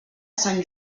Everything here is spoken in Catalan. sant